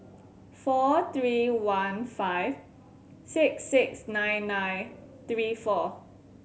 four three one five six six nine nine three four